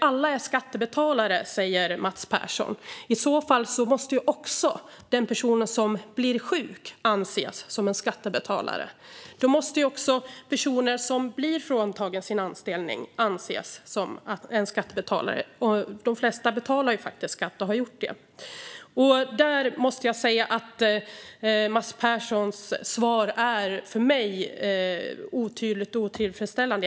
Alla är skattebetalare, säger Mats Persson. I så fall måste också den person som blir sjuk anses som en skattebetalare. Då måste också personer som blir fråntagna sin anställning anses som skattebetalare. De flesta betalar ju faktiskt skatt och har gjort det. Jag måste säga att Mats Perssons svar är för mig otydligt och otillfredsställande.